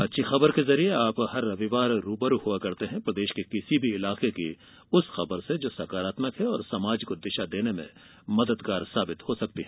अच्छी खबरके जरिए आप हर रविवार रूबरू होते हैं प्रदेश के किसी भी इलाके की उस खबर से जो सकारात्मक है और समाज को दिशा देने में मददगार हो सकती है